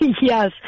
Yes